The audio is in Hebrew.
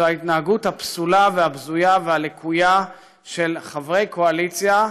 ההתנהגות הפסולה והבזויה והלקויה של חברי קואליציה,